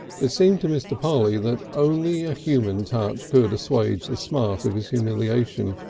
it seemed to mr. polly that only a human touch could assuage the smart of his humiliation.